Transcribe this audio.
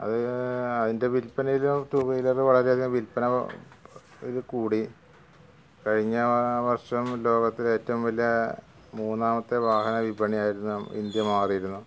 അത് അതിന്റെ വില്പ്പനയില് ടു വീലര് വളരെരേയധികം വിൽപ്പന ഇതു കൂടി കഴിഞ്ഞ വർഷം ലോകത്തിലെ ഏറ്റവും വലിയ മൂന്നാമത്തെ വാഹന വിപണിയായിരുന്നു ഇന്ത്യ മാറിയിരുന്നു